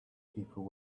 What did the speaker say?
people